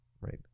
right